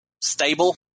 stable